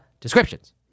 descriptions